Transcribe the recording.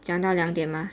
讲到两点嘛